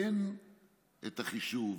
אין את החישוב,